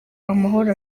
amahoro